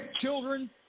children